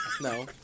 No